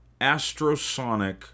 Astrosonic